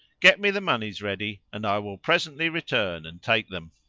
get me the monies ready and i will presently return and take them.